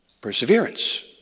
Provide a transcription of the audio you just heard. perseverance